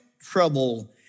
trouble